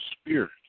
spirit